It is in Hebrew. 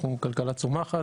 אנחנו כלכלה צומחת